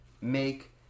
make